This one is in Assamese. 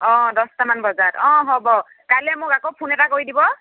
অঁ দহটামান বজাত অঁ হ'ব কাইলৈ মোক আকৌ ফোন এটা কৰি দিব